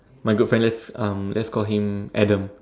my good friend let's um let's call him Adam